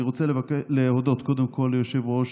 אני רוצה להודות, קודם כול, ליושב-ראש